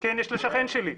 כן, יש לשכן שלי.